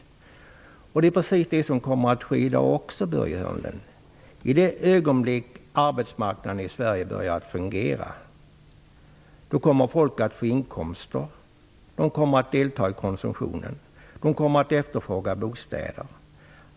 Det är precis vad som kommer att ske i dag också, Börje Hörnlund. I det ögonblick arbetsmarknaden i Sverige börjar att fungera kommer folk att få inkomster. De kommer att delta i konsumtionen. De kommer att efterfråga bostäder.